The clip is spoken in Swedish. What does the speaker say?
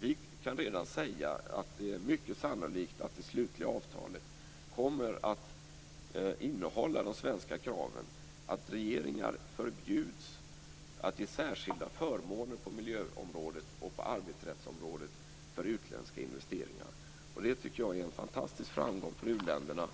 Vi kan redan säga att det är mycket sannolikt att det slutliga avtalet kommer att innehålla de svenska kraven att regeringar förbjuds att ge särskilda förmåner på miljöområdet och arbetsrättsområdet för utländska investerare. Det är en fantastisk framgång för u-länderna,